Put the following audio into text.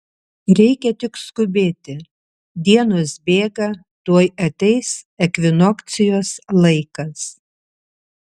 reikia tik skubėti dienos bėga tuoj ateis ekvinokcijos laikas